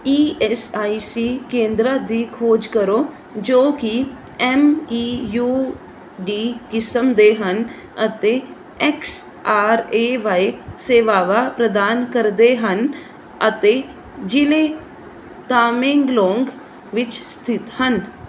E S I C ਕੇਂਦਰਾਂ ਦੀ ਖੋਜ ਕਰੋ ਜੋ ਕਿ ਐਮ ਈ ਯੂ ਡੀ ਕਿਸਮ ਦੇ ਹਨ ਅਤੇ ਐਕਸ ਆਰ ਏ ਵਾਈ ਸੇਵਾਵਾਂ ਪ੍ਰਦਾਨ ਕਰਦੇ ਹਨ ਅਤੇ ਜ਼ਿਲ੍ਹੇ ਤਾਮੇਂਗਲੋਂਗ ਵਿੱਚ ਸਥਿਤ ਹਨ